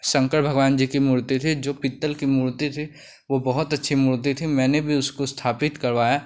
शंकर भगवान जी की मूर्ति थी जो पीतल की मूर्ति थी वह बहुत अच्छी मूर्ति थी मैंने भी उसको स्थापित करवाया